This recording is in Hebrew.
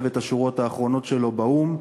עכשיו את השורות האחרונות שלו באו"ם.